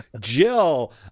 Jill